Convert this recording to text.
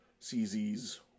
CZ's